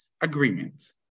agreements